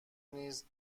نیز